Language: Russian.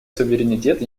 суверенитет